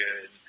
good